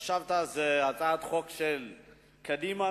חשבת שזו הצעת חוק של קדימה?